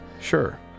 Sure